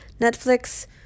netflix